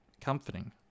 comforting